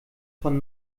von